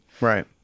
Right